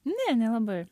ne nelabai